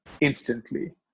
instantly